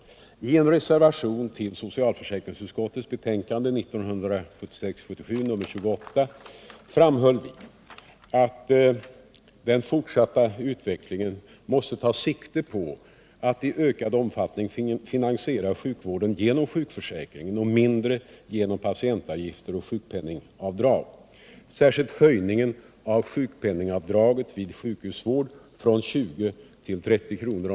I en reservation till socialförsäkringsutskottets betänkande 1976/ 77:28 framhöll vi att den fortsatta utvecklingen måste ta sikte på att i ökad omfattning finansiera sjukvården genom sjukförsäkringen och mindre genom patientavgifter och sjukpenningavdrag. Särskilt höjningen av sjukpenningavdraget vid sjukhusvård från 20 kr. till 30 kr.